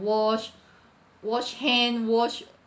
wash wash hand wash